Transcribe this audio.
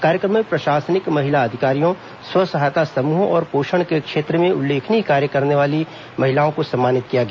कार्यक्रम में प्रशासनिक महिला अधिकारियों स्व सहायता समूहों और पोषण के क्षेत्र में उल्लेखनीय कार्य करने वाली महिलाओं को सम्मानित किया गया